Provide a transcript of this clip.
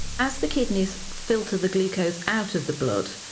as the kidneys filter the glucose out of the blood,